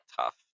tough